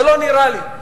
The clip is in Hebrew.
זה לא נראה לי,